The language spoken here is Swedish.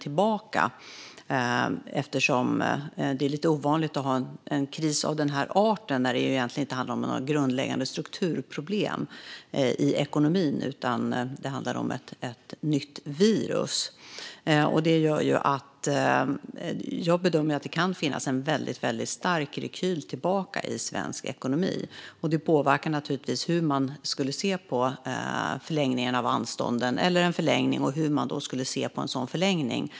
Det är ju lite ovanligt med en kris av den här arten, där det egentligen inte handlar om några grundläggande strukturproblem i ekonomin utan om ett nytt virus. Jag bedömer att det kan finnas en väldigt stark rekyl tillbaka i svensk ekonomi, och det påverkar naturligtvis hur man ska se på en förlängning av anstånden.